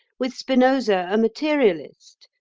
with spinoza a materialist,